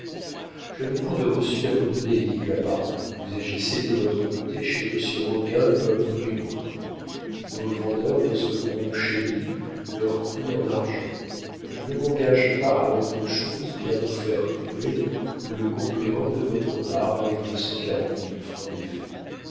je n'ai point de reçu à vous donner dit claparon vous agissez de votre côté chez monsieur roguin comme nous du nôtre nos vendeurs recevront chez lui leur prix en argent je ne m'engage pas à autre chose qu'à vous faire trouver le complément de votre part avec vos